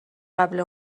قبل